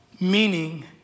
meaning